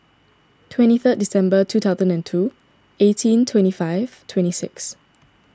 twenty third December two thousand and two eighteen twenty five twenty six